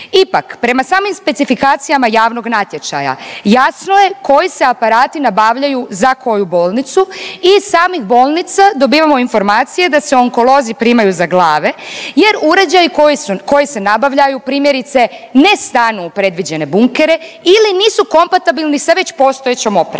Ipak prema samim specifikacijama javnog natječaja jasno je koji se aparati nabavljaju za koju bolnicu i iz samih bolnica dobivamo informacije da se onkolozi primaju za glave jer uređaji koji se nabavljaju, primjerice ne stanu u predviđene bunkere ili nisu kompatibilni sa već postojećom opremom.